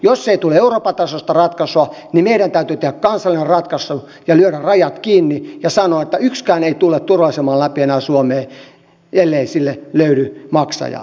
jos ei tule euroopan tasoista ratkaisua niin meidän täytyy tehdä kansallinen ratkaisu ja lyödä rajat kiinni ja sanoa että yksikään ei tule turva aseman läpi enää suomeen ellei sille löydy maksajaa